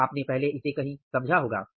या आपने पहले इसे कहीं समझा होगा